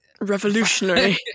revolutionary